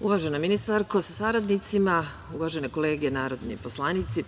Uvažena ministarko sa saradnicima, uvažene kolege narodni poslanici,